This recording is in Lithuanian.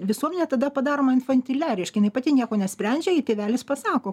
visuomenė tada padaroma infantilia reiškinia jinai pati nieko nesprendžia jai tėvelis pasako